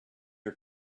are